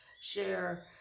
share